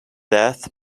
death